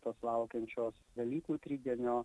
tos laukiančios velykų tridienio